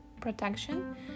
protection